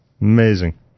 amazing